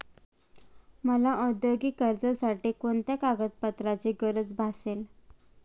मला औद्योगिक कर्जासाठी कोणत्या कागदपत्रांची गरज भासेल?